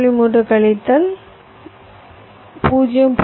3 கழித்தல் 0